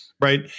Right